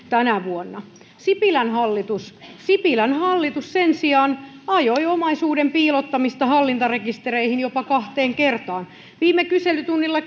tänä vuonna sipilän hallitus sipilän hallitus sen sijaan ajoi omaisuuden piilottamista hallintarekistereihin jopa kahteen kertaan viime kyselytunnilla